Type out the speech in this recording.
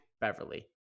Beverly